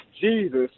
Jesus